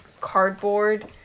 cardboard